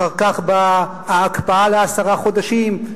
אחר כך באה ההקפאה לעשרה חודשים,